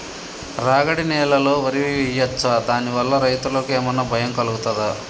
రాగడి నేలలో వరి వేయచ్చా దాని వల్ల రైతులకు ఏమన్నా భయం కలుగుతదా?